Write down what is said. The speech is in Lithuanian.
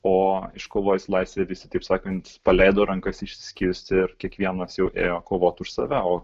o iškovojus laisvę visi taip sakant paleido rankas išsiskirstė ir kiekvienas jau ėjo kovot už save o